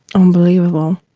unbelievable,